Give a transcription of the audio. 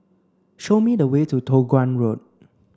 show me the way to Toh Guan Road